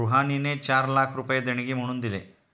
रुहानीने चार लाख रुपये देणगी म्हणून दिले